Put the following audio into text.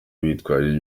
bitwaje